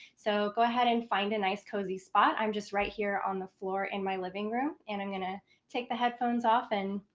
so go ahead and find a nice cozy spot. i'm just right here on the floor in my living room, and i'm gonna take the headphones off, and